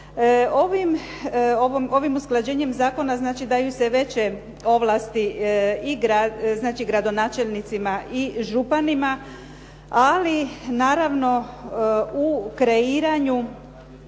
Ovim usklađenjem zakona daju se veće ovlasti gradonačelnicima i županima ali naravno u kreiranju